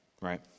right